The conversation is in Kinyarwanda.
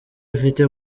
afite